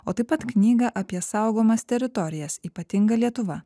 o taip pat knygą apie saugomas teritorijas ypatinga lietuva